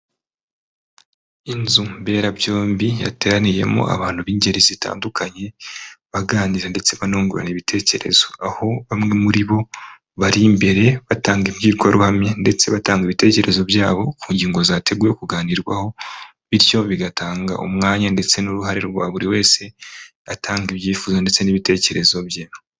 Inzu mberabyombi yateraniyemo abantu b'ingeri zitandukanye, baganira ndetse banungurana ibitekerezo, aho bamwe muri bo bari imbere batanga imbwirwaruhame ndetse batanga ibitekerezo byabo ku ngingo zateguwe kuganirwaho, bityo bigatanga umwanya ndetse n'uruhare rwa buri wese, atanga ibyifuzo ndetse n'ibitekerezo bye.